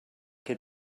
que